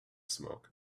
smoke